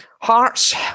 Hearts